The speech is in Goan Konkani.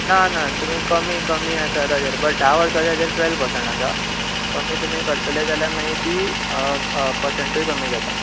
ना ना तुमी कमी कमी आसा ताजेर बट धा वर्साचे हाजेर टुवेल पर्सेट आसा कमी तुमी करतले जाल्यार मागीर ती पर्सेंटूय कमी जाता